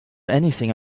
anything